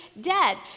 dead